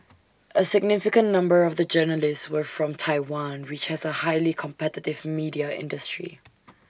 A significant number of the journalists were from Taiwan which has A highly competitive media industry